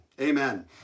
Amen